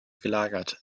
gelagert